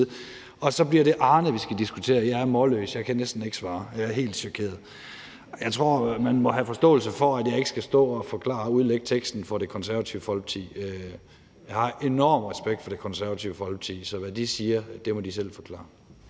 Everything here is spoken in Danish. men så bliver det Arne, vi skal diskutere. Jeg er målløs, jeg kan næsten ikke svare, og jeg er helt chokeret. Jeg tror, at man må have forståelse for, at jeg ikke skal stå og forklare og udlægge teksten på Det Konservative Folkepartis vegne. Jeg har enorm respekt for Det Konservative Folkeparti, så hvad de siger, må de selv forklare.